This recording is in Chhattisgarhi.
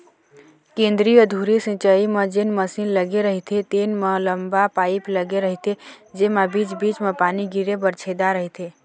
केंद्रीय धुरी सिंचई म जेन मसीन लगे रहिथे तेन म लंबा पाईप लगे रहिथे जेमा बीच बीच म पानी गिरे बर छेदा रहिथे